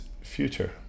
Future